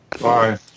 Bye